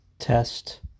Test